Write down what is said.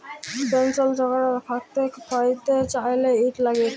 পেলসল ছরকার থ্যাইকে প্যাইতে চাইলে, ইট ল্যাগে